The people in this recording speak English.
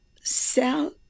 sell